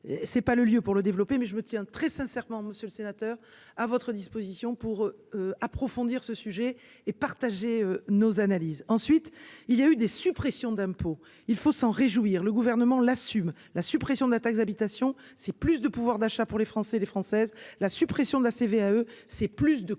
C'est pas le lieu pour le développer mais je me tiens très sincèrement monsieur le sénateur, à votre disposition pour approfondir ce sujet et partager nos analyses. Ensuite il y a eu des suppressions d'impôts, il faut s'en réjouir. Le gouvernement l'assume la suppression de la taxe d'habitation, c'est plus de pouvoir d'achat pour les Français et les Françaises, la suppression de la CVAE. C'est plus de